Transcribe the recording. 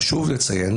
חשוב לציין